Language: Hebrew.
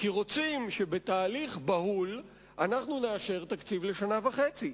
כי רוצים שבתהליך בהול אנחנו נאשר תקציב לשנה וחצי.